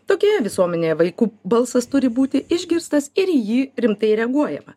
tokioje visuomenėje vaikų balsas turi būti išgirstas ir į jį rimtai reaguojama